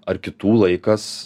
ar kitų laikas